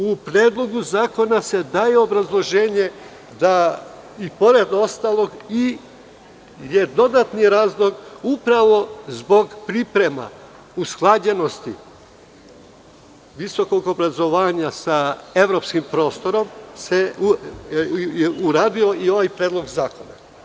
U predlogu zakona se daje obrazloženje da i pored ostalog kao dodatni razlog upravo zbog priprema usklađenosti visokog obrazovanja sa evropskim prostorom uradio se i ovaj predlog zakona.